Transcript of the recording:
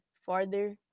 farther